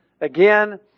Again